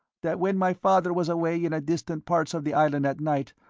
that when my father was away in distant parts of the island at night,